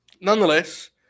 Nonetheless